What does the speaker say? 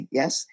yes